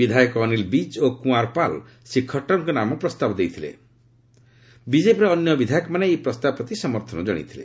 ବିଧାୟକ ଅନିଲ୍ ବିଜ୍ ଓ କୁଅଁର୍ପାଲ୍ ଶ୍ରୀ ଖଟ୍ଟର୍ଙ୍କ ନାମ ପ୍ରସ୍ତାବ ଦେଇଥିଲାବେଳେ ବିଜେପିର ଅନ୍ୟ ବିଧାୟକମାନେ ଏହି ପ୍ରସ୍ତାବ ପ୍ରତି ସମର୍ଥନ କ୍ଷଣାଇଥିଲେ